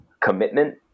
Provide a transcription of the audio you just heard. commitment